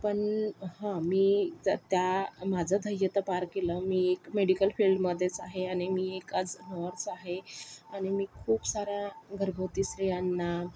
पण हं मी त्या माझं ध्येय तर पार केलं मी एक मेडिकल फील्डमध्येच आहे आणि मी एक आज नर्स आहे आणि मी खूप साऱ्या घरगुती स्त्रियांना